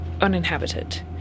uninhabited